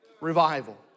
revival